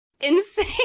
insane